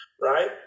right